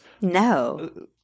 No